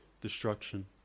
destruction